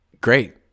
great